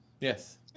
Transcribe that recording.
Yes